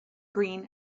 green